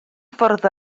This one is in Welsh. ffwrdd